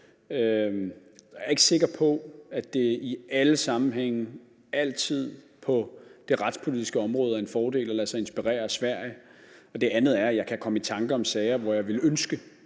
er jeg ikke sikker på, at det i alle sammenhænge altid på det retspolitiske område er en fordel at lade sig inspirere af Sverige. Og for det andet kan jeg komme i tanker om sager, hvor jeg ville ønske,